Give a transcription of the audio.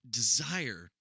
desire